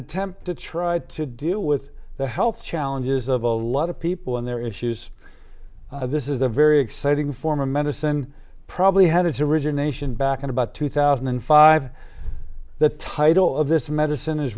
attempt to try to deal with the health challenges of a lot of people and their issues this is a very exciting for medicine probably had its origination back in about two thousand and five the title of this medicine is